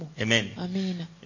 Amen